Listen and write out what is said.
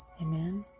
Amen